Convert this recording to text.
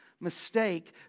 mistake